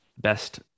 best